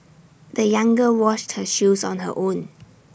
the young girl washed her shoes on her own